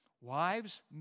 Wives